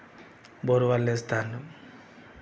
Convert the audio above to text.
bore వాళ్ళేస్తాండ్రు